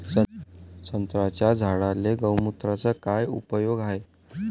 संत्र्याच्या झाडांले गोमूत्राचा काय उपयोग हाये?